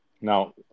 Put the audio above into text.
Now